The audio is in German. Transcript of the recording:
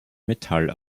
metall